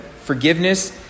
forgiveness